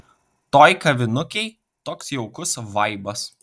toj kavinukėj toks jaukus vaibas